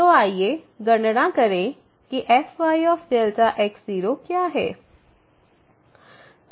तो आइए गणना करें किfyΔx0 क्या है